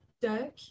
duck